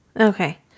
Okay